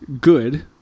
good